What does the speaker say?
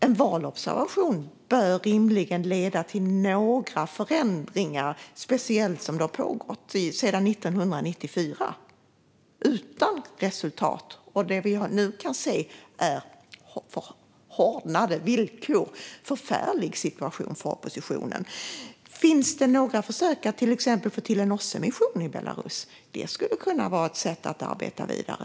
En valobservation bör rimligen leda till några förändringar, speciellt som den har pågått sedan 1994 utan resultat. Det vi nu kan se är hårdare villkor; en förfärlig situation för oppositionen. Finns det några försök att till exempel få till en OSSE-mission i Belarus? Det skulle kunna vara ett sätt att arbeta vidare.